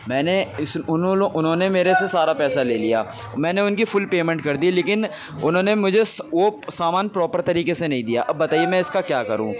میں نے اس انہوں نے انہوں نے میرے سے سارا پیسا لے لیا میں نے ان کی فل پیمنٹ کر دی لیکن انہوں نے مجھے وہ سامان پراپر طریقے سے نہیں دیا اب بتائیے میں اس کا کیا کروں